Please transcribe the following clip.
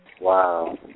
Wow